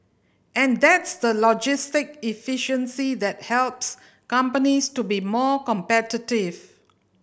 and that's the logistic efficiency that helps companies to be more competitive